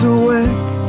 awake